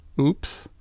oops